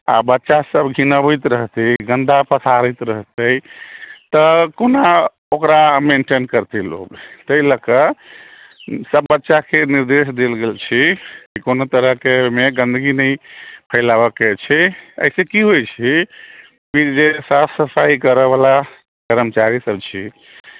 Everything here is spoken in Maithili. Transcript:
आओर बच्चासब घिनाबैत रहतै गन्दा पसारैत रहतै तऽ कोना ओकरा मेन्टेन करतै लोक ताहि लऽ कऽ सब बच्चाके निर्देश देल गेल छै कि कोनो तरहके ओहिमे गन्दगी नहि फैलाबऽ के छै एहिसँ कि होइ छै कि जे साफ सफाइ करैवला कर्मचारीसब छी